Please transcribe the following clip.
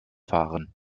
fahren